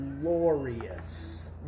glorious